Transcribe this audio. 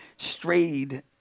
strayed